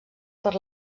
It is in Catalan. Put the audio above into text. per